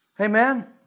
Amen